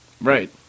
right